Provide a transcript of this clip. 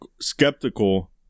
skeptical